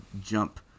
jump